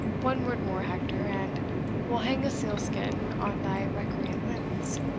one word more, hector, and we'll hang a seal-skin on thy recreant limbs.